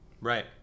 Right